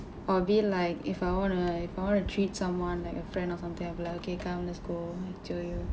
or be like if I wanna be like if I wanna treat someone like a friend or something I'll be like okay come let's go